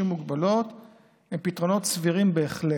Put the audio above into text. עם מוגבלות הם פתרונות סבירים בהחלט.